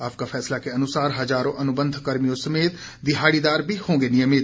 आपका फैसला के अनुसार हजारों अनुबंध कर्मियों समेत दिहाड़ीदार भी होंगे नियमित